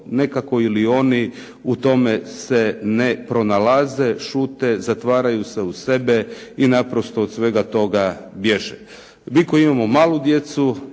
nekako ili oni u tome se ne pronalaze, šute, zatvaraju se u sebe i naprosto od svega toga bježe. Mi koji imamo djecu,